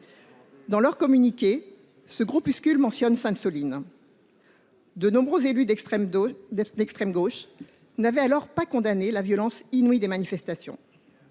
Dans son communiqué, ce groupuscule mentionne Sainte Soline. De nombreux élus d’extrême gauche n’avaient alors pas condamné la violence inouïe des manifestations.